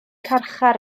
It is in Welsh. carchar